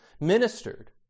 ministered